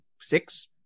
six